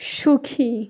সুখী